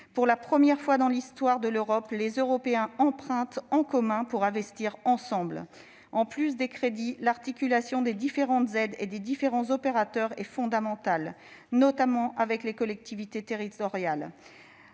Pour la première fois dans l'histoire de l'Europe, les Européens empruntent en commun pour investir ensemble. En plus des crédits, l'articulation des différentes aides et des différents opérateurs est fondamentale, notamment avec les collectivités territoriales.